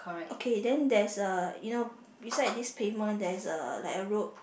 okay then that's a you know beside this pavement there's a like a road